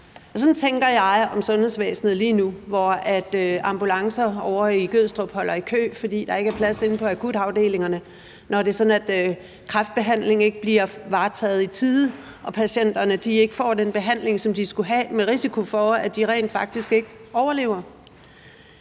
Men nu tænker jeg på sundhedsvæsenet lige nu, hvor ambulancer ovre i Gødstrup holder i kø, fordi der ikke er plads til patienterne inde på akutafdelingerne; jeg tænker på, at kræftbehandling ikke bliver varetaget i tide og patienterne ikke får den behandling, som de skulle have, med risiko for at de rent faktisk ikke overlever.